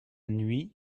nuit